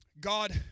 God